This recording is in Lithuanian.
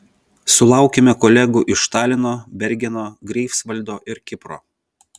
sulaukėme kolegų iš talino bergeno greifsvaldo ir kipro